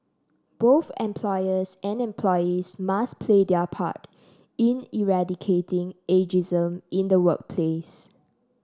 both employers and employees must play their part in eradicating ageism in the workplace